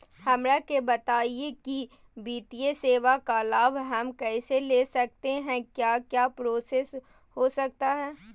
हमरा के बताइए की वित्तीय सेवा का लाभ हम कैसे ले सकते हैं क्या क्या प्रोसेस हो सकता है?